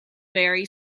very